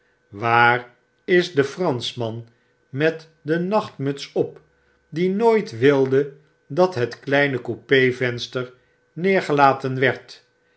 waar is de franschman met den nachtmuts op die nooit wilde dat het kleine coupe venster neergelaten werd